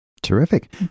Terrific